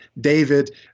David